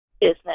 business